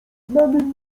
znanym